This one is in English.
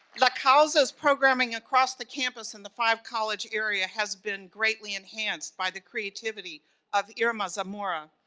la causa's programming across the campus, in the five-college area has been greatly enhanced by the creativity of irma zamora.